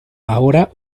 ahora